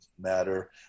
matter